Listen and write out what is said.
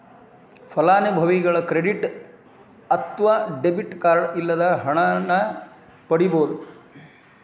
ಫಲಾನುಭವಿ ಕ್ರೆಡಿಟ್ ಅತ್ವ debit card ಇಲ್ಲದ ಹಣನ ಪಡಿಬೋದ್